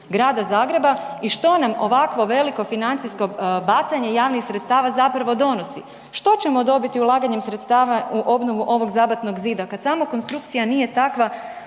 Grada Zagreba i što nam ovakvo veliko financijsko bacanje javnih sredstava zapravo donosi? Što ćemo dobiti ulaganjem sredstava u obnovu ovog zabatnog zida kad sama konstrukcija nije takva